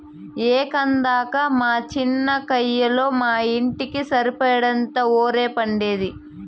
ఏందక్కా మా చిన్న కయ్యలో మా ఇంటికి సరిపడేంత ఒరే పండేది